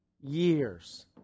years